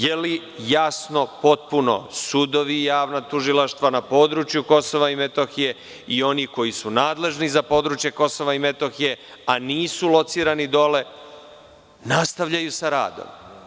Da li jasno potpuno – sudovi, javna tužilaštva na području Kosova i Metohije i oni koji su nadležni za područje Kosova i Metohije, a nisu locirani dole, nastavljaju sa radom.